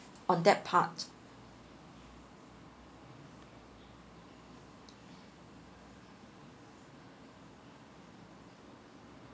on that part